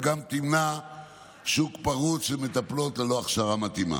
וגם תמנע שוק פרוץ של מטפלות ללא הכשרה מתאימה.